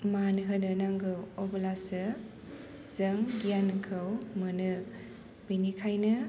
मान होनो नांगौ अब्लासो जों गियानखौ मोनो बेनिखायनो